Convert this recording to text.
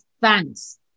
thanks